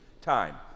time